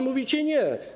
Mówicie: nie.